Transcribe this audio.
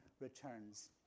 returns